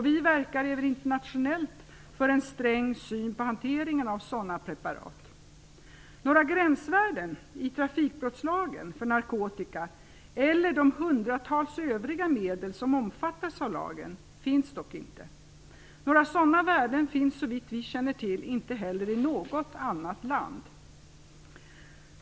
Vi verkar även internationellt för en sträng syn på hanteringen av sådana preparat. Några gränsvärden i trafikbrottslagen för narkotika eller de hundratals övriga medel som omfattas av lagen finns dock inte. Några sådana värden finns såvitt vi känner till inte heller i något annat land.